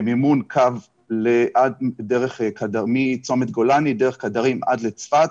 במימון קו מצומת גולני דרך כדרים עד לצפת